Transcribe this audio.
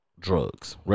drugs